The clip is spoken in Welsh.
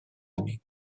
hynny